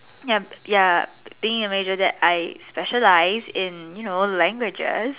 yup ya being in major that I specialize in you know languages